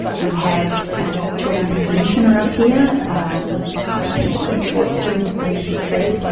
we have a children's commissioner up here, um i'd be listening to what the children's commissioner said,